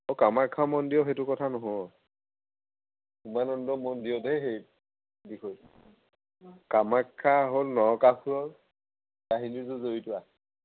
অঁ কামাখ্যা মন্দিৰৰ সেইটো কথা নহয় উমানন্দ মন্দিৰতেই সেই বিষয়টো কামাখ্যা হ'ল নৰকাসুৰৰ কাহিনীটো জড়িত আছে